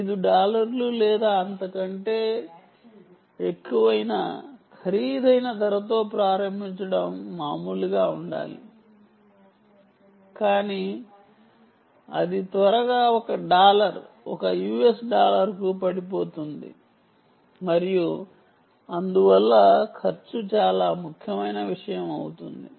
5 డాలర్లు లేదా అంతకంటే ఎక్కువ ఖరీదైన ధరతో ప్రారంభించడం మామూలుగా ఉండాలి కానీ అది త్వరగా ఒక డాలర్ ఒక యుఎస్ డాలర్కు పడిపోతుంది మరియు అందువల్ల ఖర్చు చాలా ముఖ్యమైన విషయం అవుతుంది